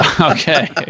Okay